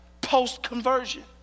post-conversion